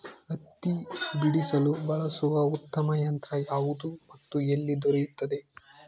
ಹತ್ತಿ ಬಿಡಿಸಲು ಬಳಸುವ ಉತ್ತಮ ಯಂತ್ರ ಯಾವುದು ಮತ್ತು ಎಲ್ಲಿ ದೊರೆಯುತ್ತದೆ?